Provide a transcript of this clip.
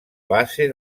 base